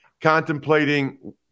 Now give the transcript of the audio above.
contemplating